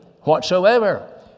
whatsoever